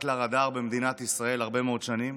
לרדאר במדינת ישראל הרבה מאוד שנים.